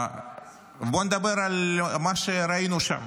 בוא נדבר על מה שראינו שם.